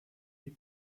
die